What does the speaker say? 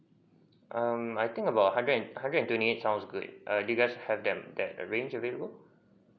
um I think about a hundred hundred and twenty eight sounds good err do you guys have that that range available